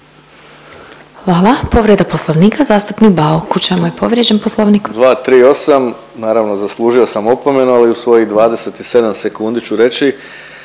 Hvala. Povreda Poslovnika, zastupnik Bauk. U čemu je povrijeđen Poslovnik?